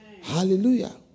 hallelujah